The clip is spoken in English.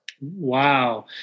Wow